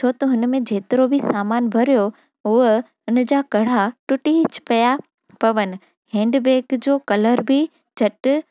छो त हुन में जेतिरो बि सामान भरियो उहो उहो उन जा कड़ा टूटी पिया पवनि हैंडबैग जो कलर बि झटि